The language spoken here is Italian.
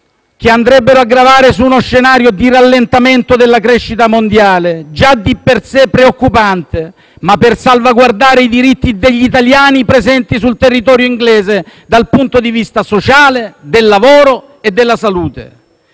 Presidente, un minuto - su uno scenario di rallentamento della crescita mondiale, già di per sé preoccupante, ma per salvaguardare i diritti degli italiani presenti sul territorio inglese, dal punto di vista sociale, del lavoro e della salute.